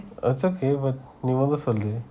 that's okay but நீ மோதலை சொல்லு:nee mothala sollu